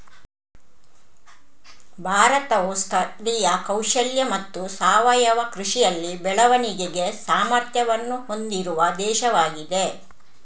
ಭಾರತವು ಸ್ಥಳೀಯ ಕೌಶಲ್ಯ ಮತ್ತು ಸಾವಯವ ಕೃಷಿಯಲ್ಲಿ ಬೆಳವಣಿಗೆಗೆ ಸಾಮರ್ಥ್ಯವನ್ನು ಹೊಂದಿರುವ ದೇಶವಾಗಿದೆ